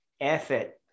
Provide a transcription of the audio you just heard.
effort